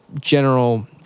general